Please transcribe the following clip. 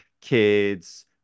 kids